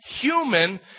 human